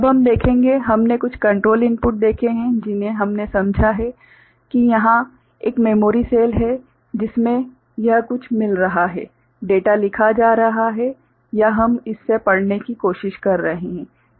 अब हम देखेंगे हमने कुछ कंट्रोल इनपुट देखे हैं जिन्हें हमने समझा है कि यहाँ एक मेमोरी सेल है जिसमें यह कुछ मिल रहा है डेटा लिखा जा रहा है या हम इससे पढ़ने की कोशिश कर रहे हैं